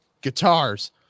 guitars